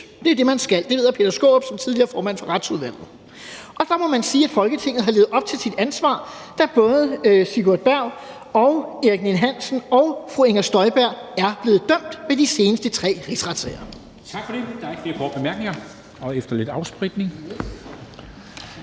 Det er det, man skal – det ved hr. Peter Skaarup som tidligere formand for Retsudvalget – og der må man sige, at Folketinget har levet op til sit ansvar, da både Sigurd Berg og Erik Ninn-Hansen og fru Inger Støjberg er blevet dømt ved de seneste tre rigsretssager.